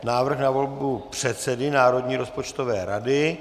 Návrh na volbu předsedy Národní rozpočtové rady